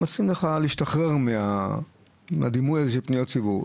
אנחנו מציעים לך להשתחרר מהדימוי הזה של פניות ציבור.